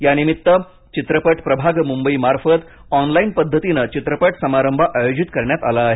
यानिमित्त चित्रपट प्रभाग मुंबईमार्फत ऑनलाईन पद्धतीनं चित्रपट समारंभ आयोजित करण्यात आला आहे